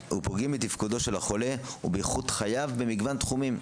ופוגעים בתפקודו של החולה ובאיכות חייו במגוון תחומים.